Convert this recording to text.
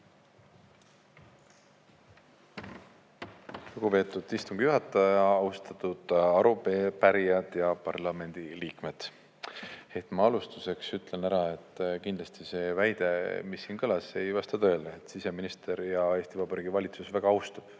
Lugupeetud istungi juhataja! Austatud arupärijad ja parlamendi liikmed! Ma alustuseks ütlen ära, et kindlasti see väide, mis siin kõlas, ei vasta tõele. Siseminister ja Eesti Vabariigi valitsus väga austavad